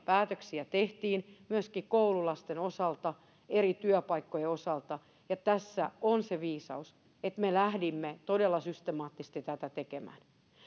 päätöksiä tehtiin myöskin koululaisten osalta eri työpaikkojen osalta ja tässä on se viisaus että me lähdimme todella systemaattisesti tätä tekemään